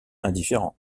indifférent